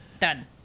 done